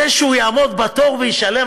זה שהוא יעמוד בתור וישלם,